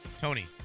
Tony